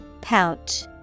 Pouch